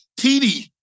TD